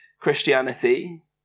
Christianity